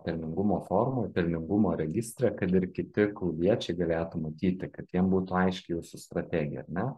pelningumo formoj pelningumo registre kad ir kiti klubiečiai galėtų matyti kad jiem būtų aiški jūsų strategija ar ne